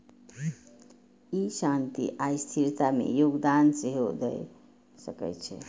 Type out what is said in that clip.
ई शांति आ स्थिरता मे योगदान सेहो दए सकै छै